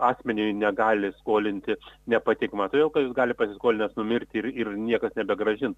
akmeniui negali skolinti nepatikima todėl kad jis gali pasiskolinęs numirti ir ir niekas nebegrąžins